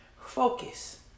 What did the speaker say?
focus